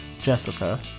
Jessica